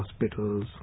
hospitals